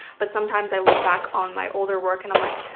but sometimes i look back on my older work and i'm like,